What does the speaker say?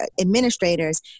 administrators